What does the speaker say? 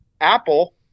Apple